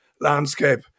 landscape